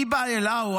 גמרא: איבעיא להו,